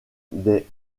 des